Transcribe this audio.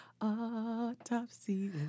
autopsy